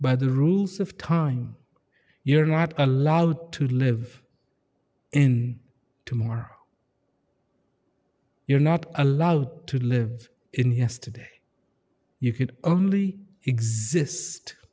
by the rules of time you're not allowed to live in tomorrow you're not allowed to live in yesterday you can only exist